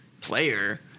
player